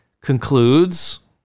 concludes